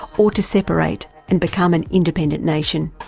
or to separate and become an independent nation.